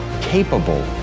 capable